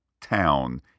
Town